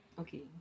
okay